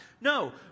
No